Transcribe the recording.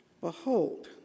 Behold